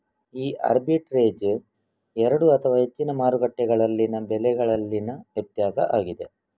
ಈ ಆರ್ಬಿಟ್ರೇಜ್ ಎರಡು ಅಥವಾ ಹೆಚ್ಚಿನ ಮಾರುಕಟ್ಟೆಗಳಲ್ಲಿನ ಬೆಲೆಗಳಲ್ಲಿನ ವ್ಯತ್ಯಾಸ ಆಗಿದೆ